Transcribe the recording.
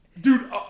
Dude